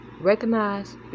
recognize